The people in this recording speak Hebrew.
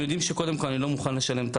הם יודעים שקודם כל אני לא מוכן לשלם על